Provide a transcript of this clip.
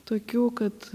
tokių kad